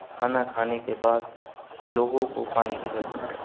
کھانا کھانے کے بعد لوگوں کو پانی کی ضرورت ہے